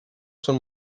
son